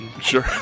Sure